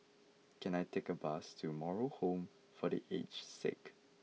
can I take a bus to Moral Home for The Aged Sick